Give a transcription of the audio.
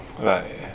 Right